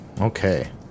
Okay